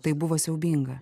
tai buvo siaubinga